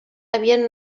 havien